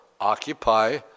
occupy